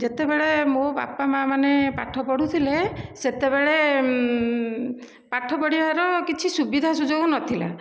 ଯେତେବେଳେ ମୋ ବାପା ମା' ମାନେ ପାଠ ପଢ଼ୁଥିଲେ ସେତେବେଳେ ପାଠ ପଢ଼ିବାର କିଛି ସୁବିଧା ସୁଯୋଗ ନଥିଲା